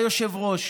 היושב-ראש: